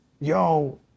yo